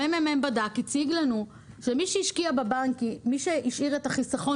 הממ"מ בדק והציג לנו שמי שהשאיר את החיסכון